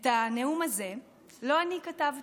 את הנאום הזה לא אני כתבתי,